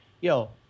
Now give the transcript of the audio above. yo